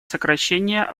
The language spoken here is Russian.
сокращения